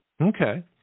Okay